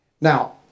Now